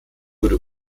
wurde